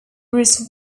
bruce